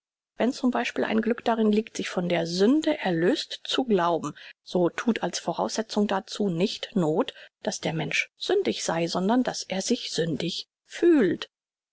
wenn zum beispiel ein glück darin liegt sich von der sünde erlöst zu glauben so thut als voraussetzung dazu nicht noth daß der mensch sündig sei sondern daß er sich sündig fühlt